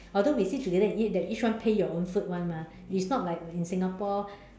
although we sit together and eat we each one pay your own food [one] mah it's not like we in Singapore